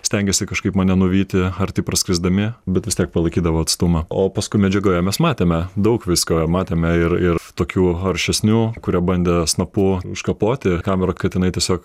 stengėsi kažkaip mane nuvyti arti praskrisdami bet vis tiek palaikydavo atstumą o paskui medžiagoje mes matėme daug visko matėme ir ir tokių aršesnių kurie bandė snapu užkapoti kamerą kad jinai tiesiog